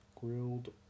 Grilled